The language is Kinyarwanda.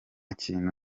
kintu